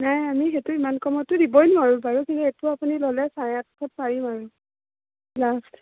নাই আমি সেইটো ইমান কমতটো দিবই নোৱাৰো বাৰু কিন্তু এইটো আপুনি ল'লে চাৰে আঠশত পাৰিম আৰু লাষ্ট